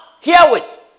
herewith